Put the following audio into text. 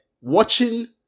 Watching